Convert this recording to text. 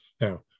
Now